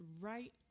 right